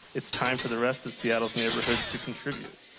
it's time for the rest of seattle's neighborhoods to contribute.